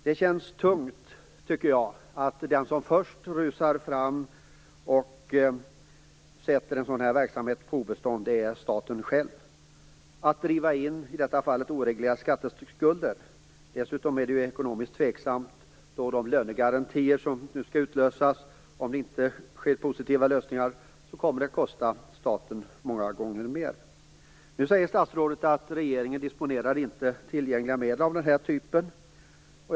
Det känns tungt att den som först rusar fram och sätter en sådan här verksamhet på obestånd är staten själv genom att, som i detta fall, driva in oreglerade skatteskulder. Dessutom är det ekonomiskt tveksamt då de lönegarantier som nu skall utlösas kommer, om man inte hittar positiva lösningar, att kosta staten många gånger mer. Nu säger statsrådet att regeringen inte disponerar några tillgängliga medel för den här typen av problem.